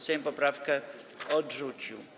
Sejm poprawkę odrzucił.